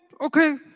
okay